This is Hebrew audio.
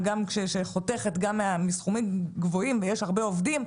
שחותכת גם מסכומים גבוהים ויש הרבה עובדים,